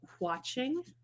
watching